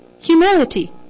Humility